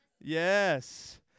Yes